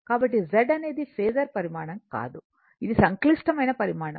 కాబట్టి Z అనేది phasor పరిమాణం కాదు ఇది సంక్లిష్టమైన పరిమాణం